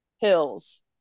Hills